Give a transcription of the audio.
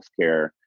healthcare